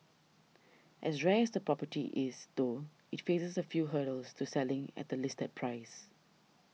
as rare as the property is though it faces a few hurdles to selling at the listed price